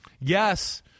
yes